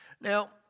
Now